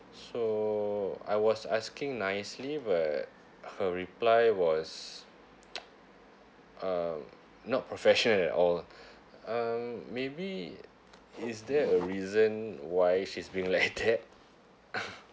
so I was asking nicely but her reply was um not professional at all um maybe is there a reason why she's being like that